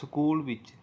school ਵਿੱਚ